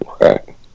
Right